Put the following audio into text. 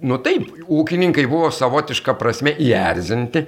nu taip ūkininkai buvo savotiška prasme įerzinti